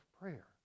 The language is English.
prayer